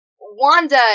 Wanda